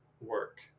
work